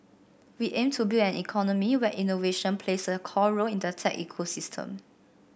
we aim to build an economy where innovation plays a core role in the tech ecosystem